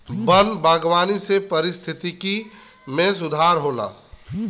वन बागवानी से पारिस्थिकी में भी सुधार होला